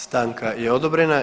Stanka je odobrena.